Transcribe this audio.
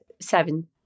seven